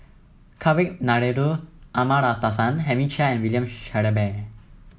Kavignareru Amallathasan Henry Chia and William Shellabear